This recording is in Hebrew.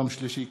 יום שלישי,